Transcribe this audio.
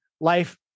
life